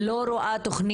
בנוסף, אני לא רואה תכנית